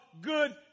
good